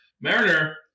Mariner